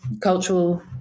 cultural